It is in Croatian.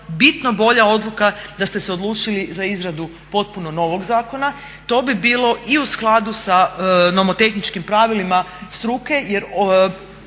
bitno bolja odluka da ste se odlučili za izradu potpuno novog zakona. To bi bilo i u skladu sa nomotehničkim pravilima struke jer